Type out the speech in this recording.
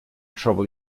trouble